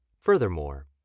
Furthermore